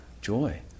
joy